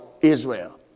Israel